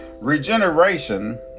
regeneration